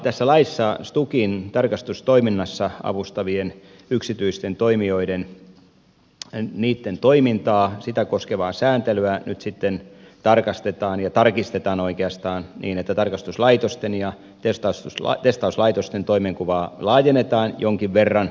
tässä laissa stukin tarkastustoiminnassa avustavien yksityisten toimijoiden toimintaa sitä koskevaa sääntelyä nyt sitten tarkistetaan niin että tarkastuslaitosten ja testauslaitosten toimenkuvaa laajennetaan jonkin verran